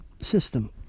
system